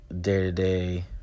day-to-day